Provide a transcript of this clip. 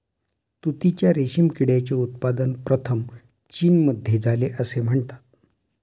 तुतीच्या रेशीम किड्याचे उत्पादन प्रथम चीनमध्ये झाले असे म्हणतात